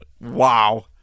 wow